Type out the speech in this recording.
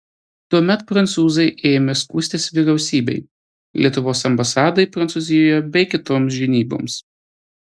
tuomet prancūzai ėmė skųstis vyriausybei lietuvos ambasadai prancūzijoje bei kitoms žinyboms